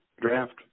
draft